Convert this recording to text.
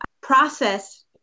process